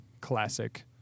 classic